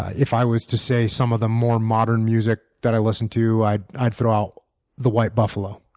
if i was to say some of the more modern music that i listen to, i'd i'd throw out the white buffalo.